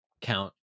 count